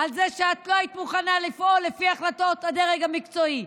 על זה שאת לא היית מוכנה לפעול לפי החלטות הדרג המקצועי.